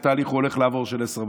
איזה תהליך הוא הולך לעבור של עשר מכות,